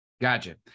Gotcha